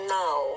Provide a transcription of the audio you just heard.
now